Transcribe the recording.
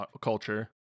culture